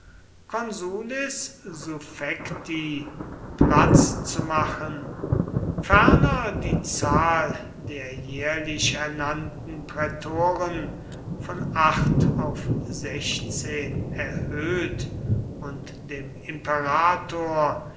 platz zu machen ferner die zahl der jährlich ernannten prätoren von acht auf sechzehn erhöht und dem imperator